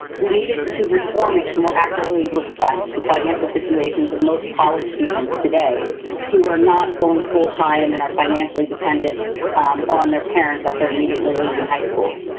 we need to reform it to more accurately reflect the financial situations of most college students today who are not going full-time and are financially dependent on their parents after immediately leaving high schools.